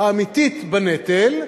האמיתית בנטל,